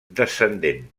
descendent